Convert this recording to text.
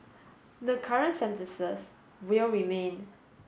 the current sentences will remain